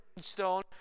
stone